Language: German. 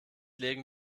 legen